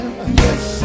yes